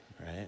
right